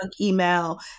email